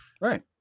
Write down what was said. right